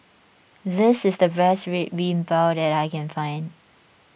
this is the best Red Bean Bao that I can find